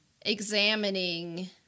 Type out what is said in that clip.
examining